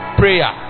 prayer